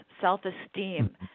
self-esteem